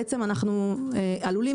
בעצם אנחנו עלולים,